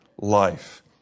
life